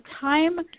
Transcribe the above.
time –